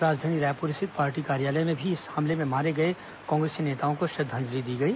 राजधानी रायपुर स्थित पार्टी कार्यालय में भी इस हमले में मारे गए कांग्रेसी नेताओं को श्रद्वांजलि दी गई